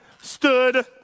stood